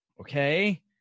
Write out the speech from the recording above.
Okay